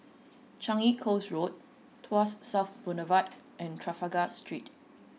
Changi Coast Road Tuas South Boulevard and Trafalgar Street